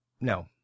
No